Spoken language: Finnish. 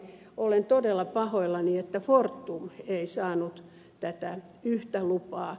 olen todella pahoillani että fortum ei saanut tätä yhtä lupaa